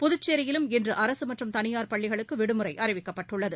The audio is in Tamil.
புதுச்சேரியிலும் இன்று அரசு மற்றும் தனியார் பள்ளிகளுக்கு விடுமுறை அறிவிக்கப்பட்டுள்ளது